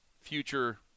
future